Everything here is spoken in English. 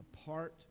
Apart